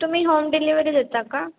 तुम्ही home delivery देता का